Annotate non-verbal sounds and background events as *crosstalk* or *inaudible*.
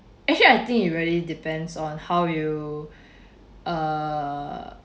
actually I think it really depends on how you *breath* err